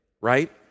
right